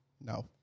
No